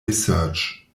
research